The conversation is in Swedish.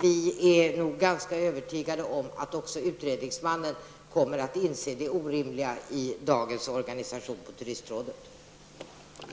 Vi är nog ganska övertygade om att också utredningsmannen kommer att inse det orimliga i den organisation som turistrådet